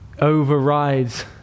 overrides